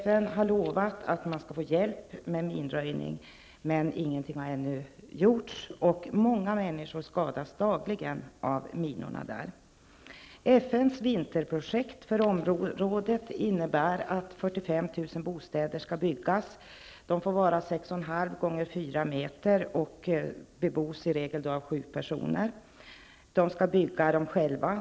FN har lovat att man skall få hjälp med minröjning, men ingenting har ännu gjorts, och många människor skadas dagligen av minorna. FNs vinterprojekt för området innebär att 45 000 bostäder skall byggas. De får vara 6,5x4,0 meter och skall i regel bebos av sju personer. Människorna skall bygga dem själva.